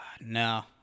no